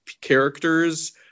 characters